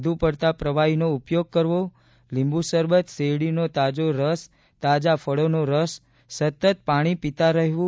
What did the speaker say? વધુ પડતા પ્રવાહીનો ઉપયોગ કરવો લીંબુ શરબત શેરડીનો તાજો રસ તાજા ફળોનો રસ સતત પાણી પીતા રહેવું